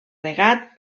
regat